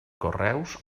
correus